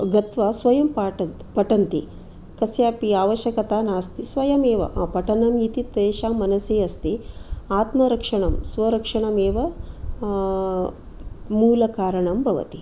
गत्वा स्वयं पाठ पठन्ति कस्यापि अवश्यकता नास्ति स्वयमेव पठनम् इति तेषां मनसि अस्ति आत्मरक्षणं स्वरक्षणमेव मूलकारणं भवति